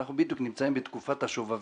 אנחנו בדיוק נמצאים בתקופת השובבים.